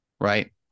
right